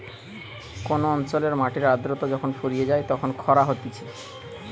কোন অঞ্চলের মাটির আদ্রতা যখন ফুরিয়ে যায় তখন খরা হতিছে